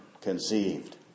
conceived